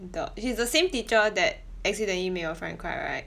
the she's the same teacher that accidentally made your friend cry right